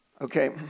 Okay